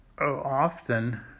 often